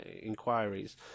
inquiries